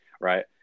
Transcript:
right